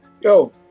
yo